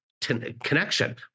connection